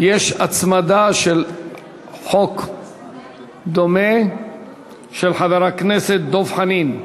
יש הצמדה של חוק דומה של חבר הכנסת דב חנין.